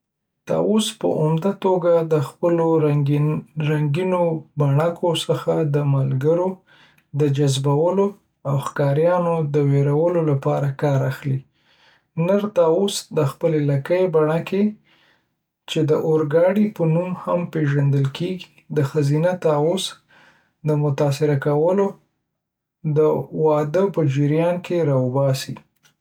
طاووس په عمده توګه د خپلو رنګینو بڼکو څخه د ملګرو د جذبولو او د ښکاریانو د ویرولو لپاره کار اخلي. نر طاووس د خپلې لکۍ بڼکې، چې د "اورګاډي" په نوم هم پیژندل کیږي، د ښځینه طاووس د متاثره کولو لپاره د واده په جریان کې راوباسي.